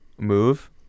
Move